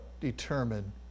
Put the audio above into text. determined